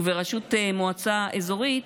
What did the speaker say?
ובראשות מועצה אזורית,